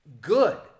good